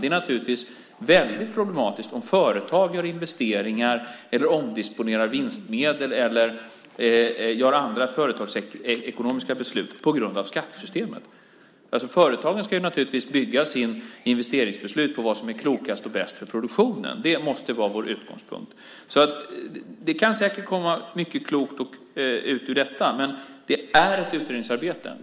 Det är naturligtvis väldigt problematiskt om företag gör investeringar, omdisponerar vinstmedel eller gör andra företagsekonomiska beslut på grund av skattesystemet. Företagen ska naturligtvis bygga sina investeringsbeslut på vad som är klokast och bäst för produktionen. Det måste vara vår utgångspunkt. Det kan säkert komma mycket klokt ut ur detta. Men det är ett utredningsarbete.